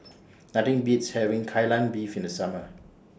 Nothing Beats having Kai Lan Beef in The Summer